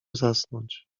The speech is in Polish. zasnąć